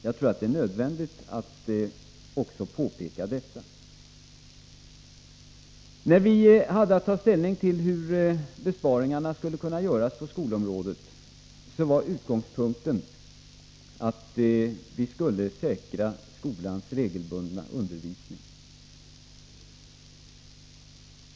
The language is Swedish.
Jag tror att det är nödvändigt att påpeka också detta. När vi hade att ta ställning till hur besparingarna på skolområdet skulle kunna göras var utgångspunkten att vi skulle säkra skolans regelbundna undervisning.